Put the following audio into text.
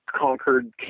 conquered